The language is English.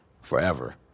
forever